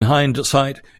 hindsight